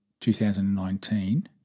2019